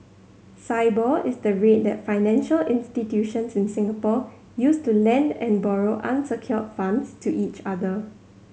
Sibor is the rate that financial institutions in Singapore use to lend and borrow unsecured funds to each other